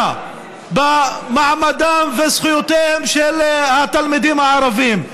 במעמדם וזכויותיהם של התלמידים הערבים.